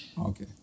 Okay